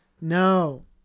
No